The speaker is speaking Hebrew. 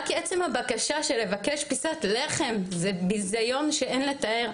רק עצם הבקשה של לבקש פיסת לחם זה ביזיון שאין לתאר.